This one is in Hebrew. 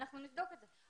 אנחנו נבדוק את זה.